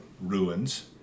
ruins